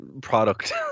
product